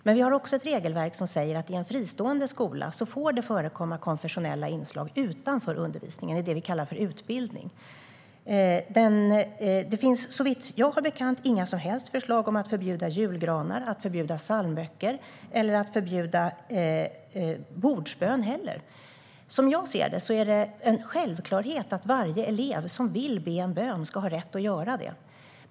Men vi har också ett regelverk som säger att det i en fristående skola får förekomma konfessionella inslag utanför undervisningen, det vi kallar utbildning. Det finns mig veterligen inga förslag om att förbjuda julgranar, psalmböcker eller bordsbön. Som jag ser det är det en självklarhet att varje elev som vill be en bön ska ha rätt att göra det.